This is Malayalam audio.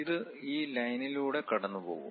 ഇത് ഈ ലൈനിലൂടെ കടന്നുപോകും